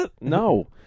No